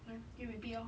!huh! then repeat lor